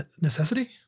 necessity